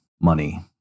money